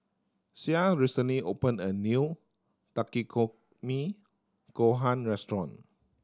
Sie recently opened a new Takikomi Gohan Restaurant